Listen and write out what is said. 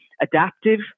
adaptive